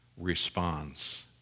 responds